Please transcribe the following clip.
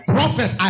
Prophet